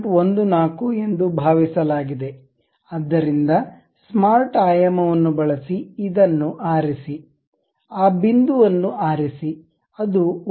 14 ಎಂದು ಭಾವಿಸಲಾಗಿದೆ ಆದ್ದರಿಂದ ಸ್ಮಾರ್ಟ್ ಆಯಾಮವನ್ನು ಬಳಸಿ ಇದನ್ನು ಆರಿಸಿ ಆ ಬಿಂದುವನ್ನು ಆರಿಸಿ ಅದು 1